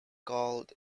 called